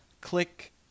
click